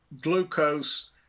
glucose